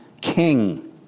king